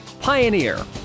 Pioneer